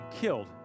killed